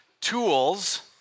tools